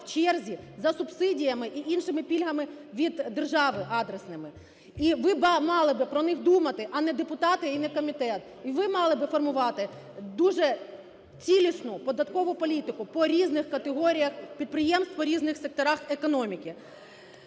в черзі за субсидіями і іншими пільгами від держави, адресними. І ви мали би про них думати, а не депутати і не комітет. І ви мали би формувати дуже цілісну податкову політику по різних категоріях підприємств по різних секторах економіки.